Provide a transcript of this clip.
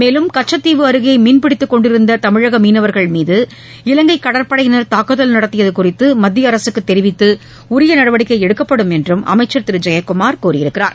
மேலும் கச்சத்தீவு அருகேமீன்பிடித்துக்கொண்டிருந்ததமிழகமீனவர்கள் மீது இலங்கைகடற்படையினர்கள் நடத்தியதுகுறித்துமத்தியஅரசுக்குதெரிவித்துஉரியநடவடிக்கைஎடுக்கப்படும் தாக்குதல் என்றுஅமைச்சர் திருஜெயக்குமார் தெரிவித்தார்